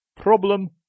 problem